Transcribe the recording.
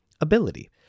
ability